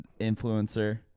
influencer